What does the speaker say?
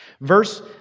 Verse